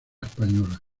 española